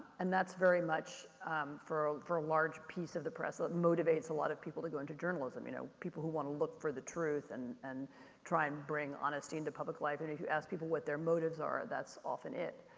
and that's very much for for a large piece of the press, it motivates a lot of people to go into journalism, you know. people who want to look for the truth and and try and bring honesty into public life. and if you ask people what their motives are, that's often it.